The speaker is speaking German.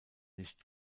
nicht